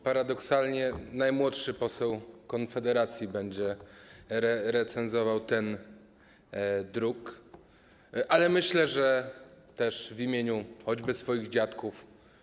Paradoksalnie najmłodszy poseł Konfederacji będzie recenzował ten druk, ale myślę, że też w imieniu choćby swoich dziadków.